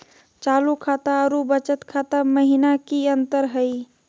चालू खाता अरू बचत खाता महिना की अंतर हई?